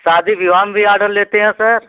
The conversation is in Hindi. शादी विवाह में भी आडर लेते हैं सर